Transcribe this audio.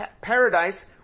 paradise